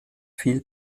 viel